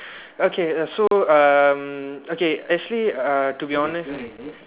okay err so um okay actually uh to be honest